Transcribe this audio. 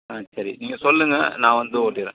ஆ சரி நீங்கள் சொல்லுங்கள் நான் வந்து ஓட்டிடுறேன்